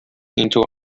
into